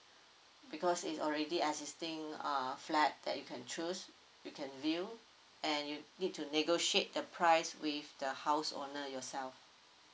because it's already existing uh flat that you can choose you can view and you need to negotiate the price with the house owner yourself